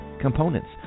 components